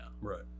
Right